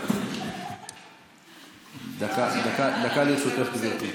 דקה לרשותך, גברתי.